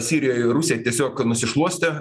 sirijoj rusija tiesiog nusišluostė